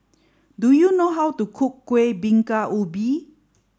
do you know how to cook Kueh Bingka Ubi